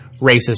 racist